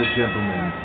gentlemen